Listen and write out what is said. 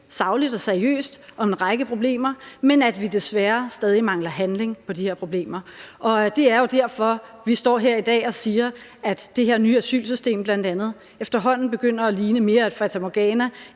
sagligt og seriøst om en række problemer, men at vi desværre stadig mangler handling på de her problemer. Og det er jo derfor, at vi står her i dag og siger, at bl.a. det her nye asylsystem efterhånden begynder at ligne mere et fatamorgana